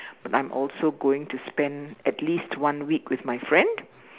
but I'm also going to spend at least one week with my friend